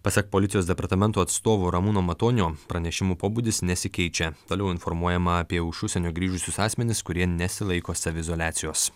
pasak policijos departamento atstovo ramūno matonio pranešimų pobūdis nesikeičia toliau informuojama apie iš užsienio grįžusius asmenis kurie nesilaiko saviizoliacijos